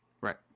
Right